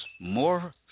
more